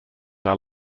are